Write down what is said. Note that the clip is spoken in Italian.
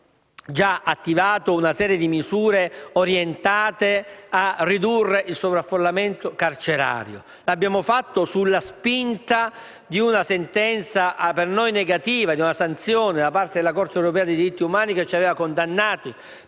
abbiamo già attivato una serie misure orientate a ridurre il sovraffollamento carcerario; lo abbiamo fatto sulla spinta di una sentenza a noi negativa, una sanzione da parte della Corte europea dei diritti dell'uomo, che ci aveva condannati